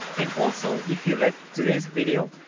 and also, if you liked today's video,